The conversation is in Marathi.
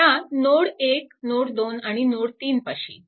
आता नोड 1 नोड 2 आणि नोड 3 पाशी